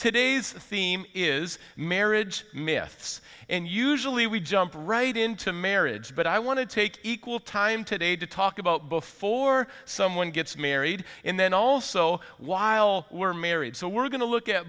today's theme is marriage myths and usually we jump right into marriage but i want to take equal time today to talk about before someone gets married and then also while we're married so we're going to look at